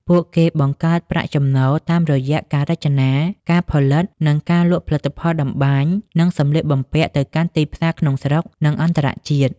ពួកគេបង្កើតប្រាក់ចំណូលតាមរយៈការរចនា ការផលិត និងការលក់ផលិតផលតម្បាញ និងសម្លៀកបំពាក់ទៅកាន់ទីផ្សារក្នុងស្រុក និងអន្តរជាតិ ។